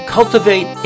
Cultivate